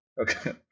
Okay